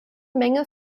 menge